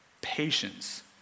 Patience